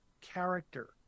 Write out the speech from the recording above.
character